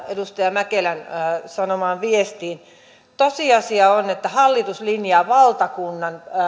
edustaja mäkelän sanomaan viestiin tosiasia on että hallitus linjaa valtakunnan